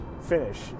finish